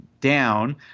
down